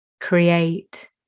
Create